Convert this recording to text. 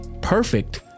perfect